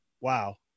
wow